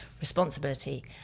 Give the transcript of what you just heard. responsibility